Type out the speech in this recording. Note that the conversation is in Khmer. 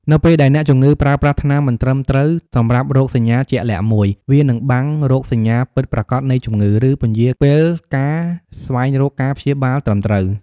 នៅពេលដែលអ្នកជំងឺប្រើប្រាស់ថ្នាំមិនត្រឹមត្រូវសម្រាប់រោគសញ្ញាជាក់លាក់មួយ វានឹងបាំងរោគសញ្ញាពិតប្រាកដនៃជំងឺ ឬពន្យារពេលការស្វែងរកការព្យាបាលត្រឹមត្រូវ។